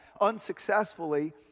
unsuccessfully